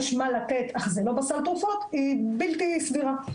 יש מה לתת אך זה לא בסל התרופות היא בלתי סבירה.